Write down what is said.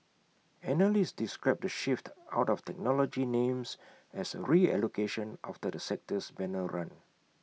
analysts described the shift out of technology names as A reallocation after the sector's banner run